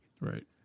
Right